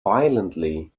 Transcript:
violently